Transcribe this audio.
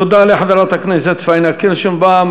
תודה רבה לחברת הכנסת פניה קירשנבאום.